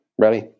Ready